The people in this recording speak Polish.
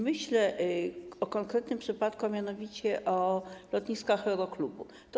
Myślę o konkretnym przypadku, a mianowicie o lotniskach aeroklubów.